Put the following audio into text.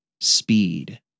Speed